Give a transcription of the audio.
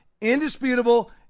indisputable